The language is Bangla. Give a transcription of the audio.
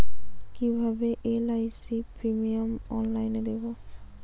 কিভাবে এল.আই.সি প্রিমিয়াম অনলাইনে দেবো?